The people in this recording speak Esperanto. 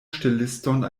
ŝteliston